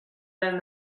then